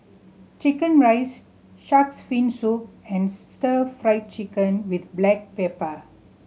chicken rice Shark's Fin Soup and Stir Fried Chicken with black pepper